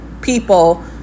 people